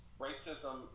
racism